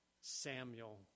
Samuel